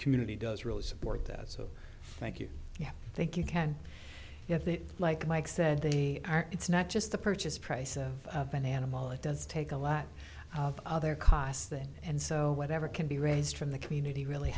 community does really support that so thank you thank you can you have the like mike said they are it's not just the purchase price of an animal it does take a lot of other costs then and so whatever can be raised from the community really